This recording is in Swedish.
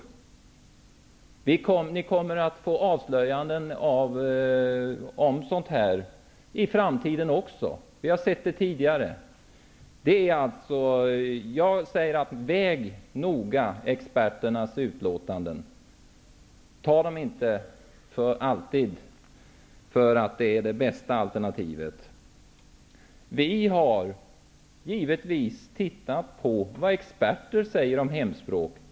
Ni kommer att få avslöjanden om sådant även i framtiden. Vi har sett det tidigare. Jag säger att man noga skall väga experternas utlåtanden och att man inte alltid skall ta dem för att vara det bästa alternativet. Vi har givetvis tittat på vad experter säger om hemspråk.